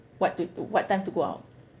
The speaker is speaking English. what to do what time to go out